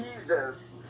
Jesus